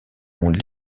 monde